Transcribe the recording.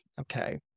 okay